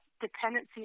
dependency